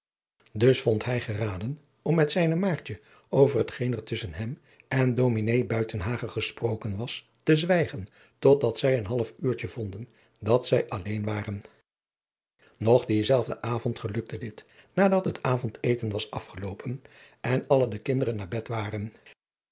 dus vond hij geraden om met zijne maartje over het geen er tusschen hem en ds buitenhagen gesproken was te zwijgen tot dat zij een half uurtje vonden dat zij alleen waren nog dienzelfden avond gelukte dit nadat het avond eten was afgeloopen en alle de kinderen naar bed waren